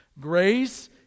Grace